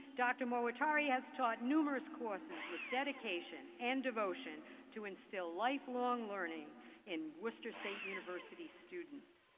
dr. moattari has taught numerous courses with dedication and devotion to instill lifelong learning in worcester state university students.